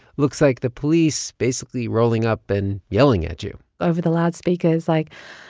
looks like the police basically rolling up and yelling at you over the loudspeakers, like,